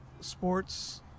sports